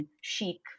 chic